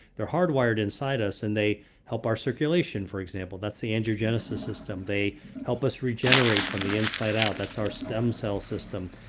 they're hardwired inside us and they help our circulation, for example. that's the angiogenesis system. they help us regenerate from the inside out. that's our stem cell system.